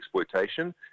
exploitation